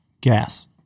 Gas